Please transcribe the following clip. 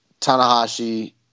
Tanahashi